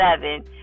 seven